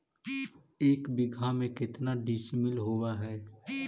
एक बीघा में केतना डिसिमिल होव हइ?